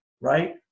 right